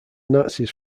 nazis